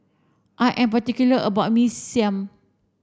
I am particular about my Mee Siam